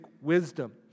wisdom